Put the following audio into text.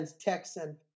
Texan